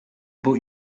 boat